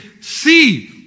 See